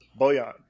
Boyan